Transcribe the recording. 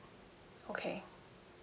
okay